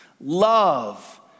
love